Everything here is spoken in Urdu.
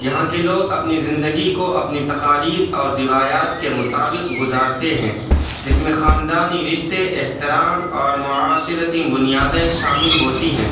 یہاں کے لوگ اپنی زندگی کو اپنی تقالید اور روایات کے مطابق گزارتے ہیں جس میں خاندانی رشتے احترام اور معاشرتی بنیادیں شامل ہوتی ہیں